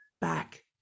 back